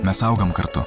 mes augam kartu